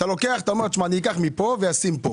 אתה אומר שאני אקח מפה ואשים פה.